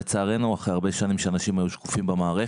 לצערנו אחרי הרבה שנים שבהן אנשים היו שקופים במערכת